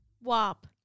WAP